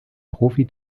profi